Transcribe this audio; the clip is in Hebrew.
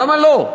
למה לא?